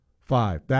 five